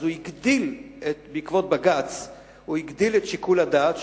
אז בעקבות בג"ץ הוא הגדיל את שיקול הדעת,